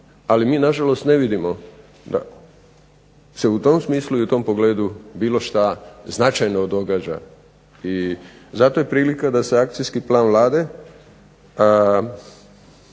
Ali mi na žalost ne vidimo da se u tom smislu i u tom pogledu bilo šta značajno događa. I zato je prilika da se akcijski plan Vlade